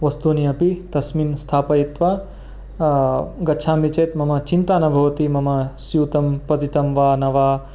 वस्तूनि अपि तस्मिन् स्थापयित्वा गच्छामि चेत् मम् चिन्ता न भवति मम स्यूतं पतितं वा न वा